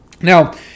Now